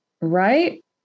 Right